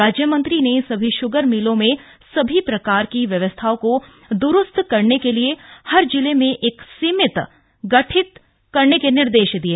राज्य मंत्री ने सभी श्गर मिलों में सभी प्रकार की व्यवस्थाओं को द्रूस्त करने के लिए हर जिले में एक समिति गठित करने के निर्देश भी दिये